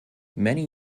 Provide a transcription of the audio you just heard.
many